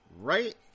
Right